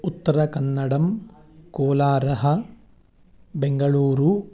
उत्तर कन्नडं कोलारः बेङ्गळूरु